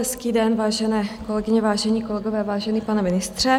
Hezký den, vážené kolegyně, vážení kolegové, vážený pane ministře.